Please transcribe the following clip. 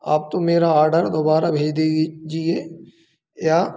आप तो मेरा ऑडर दोबारा भेज दीजिए या